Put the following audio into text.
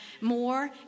more